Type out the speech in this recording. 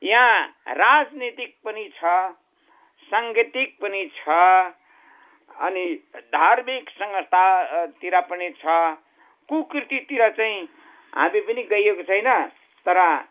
यहाँ राजनैतिक पनि छ साङ्गतिक पनि छ अनि धार्मिक संस्थातिर पनि छ कुकृतितिर चाहिँ हामी पनि गएको छैन तर